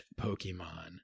Pokemon